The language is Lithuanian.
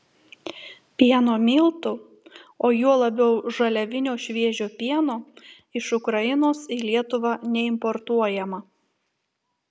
pieno miltų o juo labiau žaliavinio šviežio pieno iš ukrainos į lietuvą neimportuojama